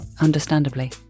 understandably